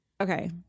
Okay